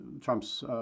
Trump's